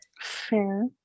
Fair